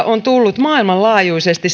on tullut maailmanlaajuisesti